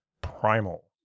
Primal